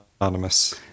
anonymous